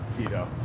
Keto